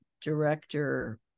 director